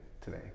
today